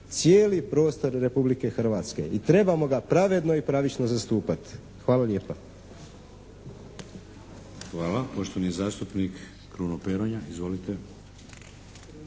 cijeli prostor Republike Hrvatske i trebamo ga pravedno i pravično zastupati. Hvala lijepa. **Šeks, Vladimir (HDZ)** Hvala. Poštovani zastupnik Kruno Peronja. Izvolite!